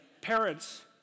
parents